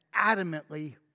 adamantly